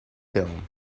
film